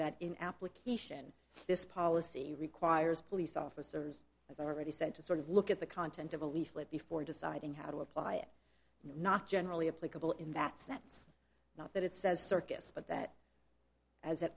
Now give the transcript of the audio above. that in application this policy requires police officers as i already said to sort of look at the content of a leaflet before deciding how to apply it not generally applicable in that sense not that it says circus but that as it